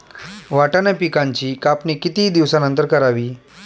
वाटाणा पिकांची कापणी किती दिवसानंतर करावी?